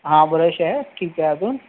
हां ब्रश आहे ठीक आहे अजून